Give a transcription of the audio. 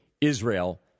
Israel